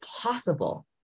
possible